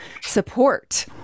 support